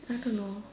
I don't know